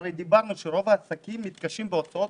הרי דיברנו על כך שרוב העסקים מתקשים בהוצאות